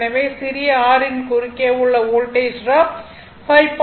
எனவே சிறிய r யின் குறுக்கே உள்ள வோல்டேஜ் ட்ராப் 5